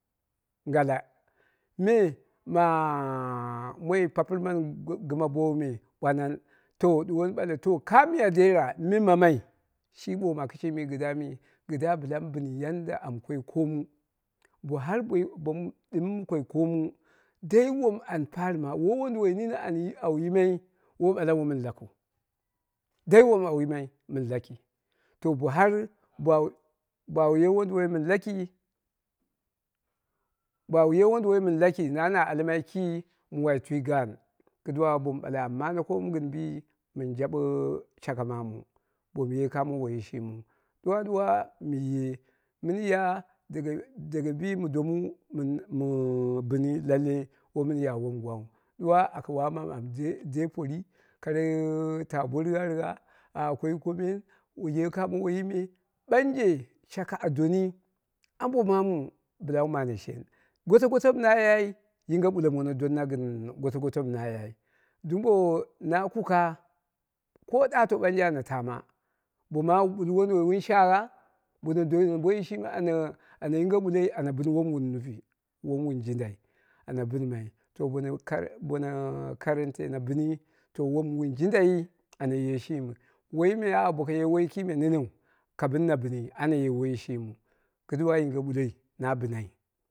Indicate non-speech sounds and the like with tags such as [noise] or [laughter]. [unintelligible] me ma miya moi papɨr mani ma gɨm bowu me wannan to, ɗuwoni ɓale ka miya dera me mammai shi ɓoo ma kishimi kɨdda mi, kɨdda bɨla mɨ bɨni yadda amu koi koomu, bo har bo mu ɗɨmi mɨ koi koomu dai wom an farɨma woi wonduwoi nini ani awu yimai bɨla ɓale womun lakɨu, dai wom awu yimai mɨn laka bo har bawu bawu ye wonduwoi mɨn laki, bau ye wonduwoi mɨn laki na na almai ki mɨ wai twi gaan duwa bomu ɓale am mane koomu gɨn bi, mɨn daɓe shaka mamu bomu ye kamo woiyi shimiu, ɗuwa ɗuwa mɨye, mɨn ya daga bi mɨ donu bɨni womun ya wom gwangnghu, ɗuwa aka wammamu mɨn de pori kara ta bo righa righa ah, koi komen, kuye kamo woiyi me ɓanje shakka a doni ambe maamu bɨla wu ye shen, goto goto mɨ na yai, yinge ɓullo mono donna gɨn goto goto mɨna yai, dumbo na kuka koto ɓnaje ana taama, boma wu ɓul wonduwoi wun shagha bo no dono boiyi shimi ana ana yinge ɓuloi ana bɨn won wun nufi wom wu jindai ana bɨnmai to bona karale bona na bɨni wom wun jindai ana yeshimi woiyi me, boko ye woi kime neneu ka bɨn na bɨni ana ye woiyi shimiu kɨduwa yinge ɗulloi na bɨnai